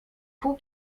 pół